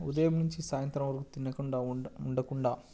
ఉదయం నుంచి సాయంత్రం వరకు తినకుండా ఉండకుండా